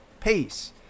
Peace